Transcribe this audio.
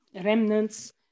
remnants